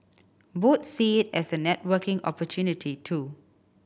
both see it as a networking opportunity too